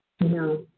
No